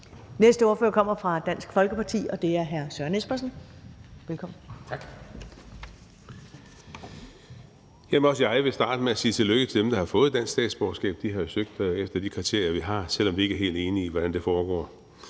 Næste ordfører kommer fra Dansk Folkeparti, og det er hr. Søren Espersen. Velkommen. Kl. 13:55 (Ordfører) Søren Espersen (DF): Tak. Også jeg vil starte med at sige tillykke til dem, der har fået dansk statsborgerskab. De har jo søgt efter de kriterier, vi har – selv om vi ikke er helt enige i, hvordan det foregår.